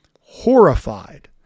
horrified